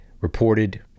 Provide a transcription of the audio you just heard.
reported